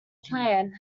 plan